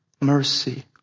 mercy